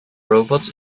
robots